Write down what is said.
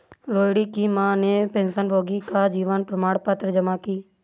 रोहिणी की माँ ने पेंशनभोगी का जीवन प्रमाण पत्र जमा की